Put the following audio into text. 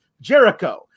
Jericho